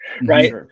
Right